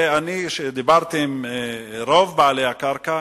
ואני דיברתי עם רוב בעלי הקרקע,